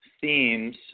themes